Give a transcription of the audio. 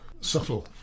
subtle